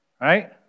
right